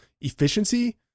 efficiency